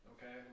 Okay